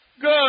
Good